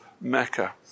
Mecca